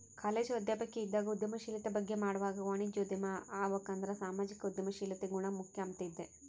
college ಅಧ್ಯಾಪಕಿ ಇದ್ದಾಗ ಉದ್ಯಮಶೀಲತೆ ಬಗ್ಗೆ ಮಾಡ್ವಾಗ ವಾಣಿಜ್ಯೋದ್ಯಮಿ ಆಬಕಂದ್ರ ಸಾಮಾಜಿಕ ಉದ್ಯಮಶೀಲತೆ ಗುಣ ಮುಖ್ಯ ಅಂಬ್ತಿದ್ದೆ